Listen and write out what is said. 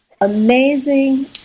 Amazing